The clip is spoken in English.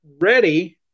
ready